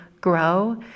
grow